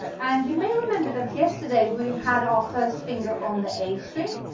and you may remember that yesterday we had our first finger on the a string,